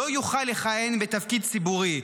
לא יוכל לכהן בתפקיד ציבורי,